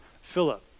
Philip